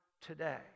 today